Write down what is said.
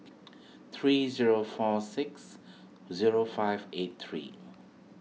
three zero four six zero five eight three